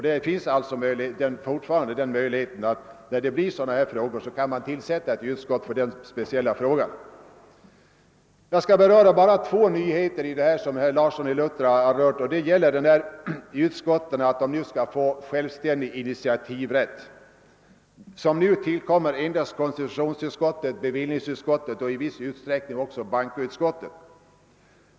Jag skall ta upp två nyheter som herr Larsson i Luttra något berörde, nämligen utskottens initiativrätt och statsrådens möjlighet att vara närvarande vid utskottssammanträden. För närvarande tillkommer initiativrätten endast konstitutionsutskottet, bevillningsutskottet och i viss utsträckning bankoutskottet.